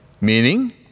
Meaning